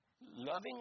loving